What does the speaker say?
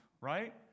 right